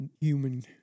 human